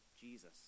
Jesus